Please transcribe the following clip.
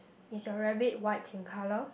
is your rabbit white in colour